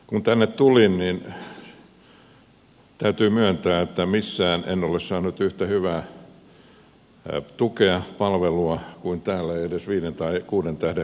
kun tänne tulin niin täytyy myöntää että missään en ole saanut yhtä hyvää tukea palvelua kuin täällä en edes viiden tai kuuden tähden hotellissakaan